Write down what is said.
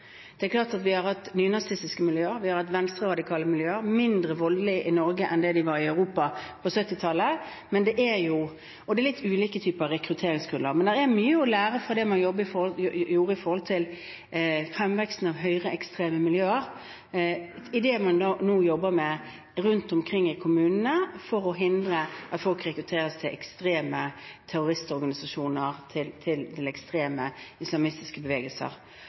Det er klart at vi har hatt nynazistiske miljøer, og vi har hatt venstreradikale miljøer – mindre voldelige i Norge enn det de var i Europa på 1970-tallet – og det er litt ulikt rekrutteringsgrunnlag, men det er mye å lære av det man gjorde knyttet til fremveksten av høyreekstreme miljøer, i det man nå jobber med rundt omkring i kommunene for å hindre at folk rekrutteres til ekstreme terroristorganisasjoner og til ekstreme islamistiske bevegelser.